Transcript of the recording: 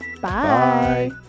Bye